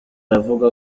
aravuga